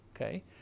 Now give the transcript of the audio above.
okay